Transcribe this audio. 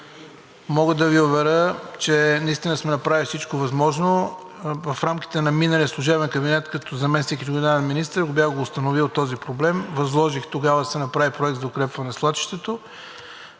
мога да Ви уверя, че наистина сме направили всичко възможно. В рамките на миналия служебен кабинет като заместник регионален министър го бях установил този проблем, тогава възложих да се направи проект за укрепване на свлачището.